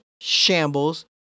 shambles